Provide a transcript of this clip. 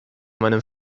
meinem